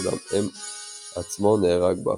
אולם M עצמו נהרג בהפצצה.